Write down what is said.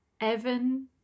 Evan